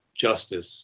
justice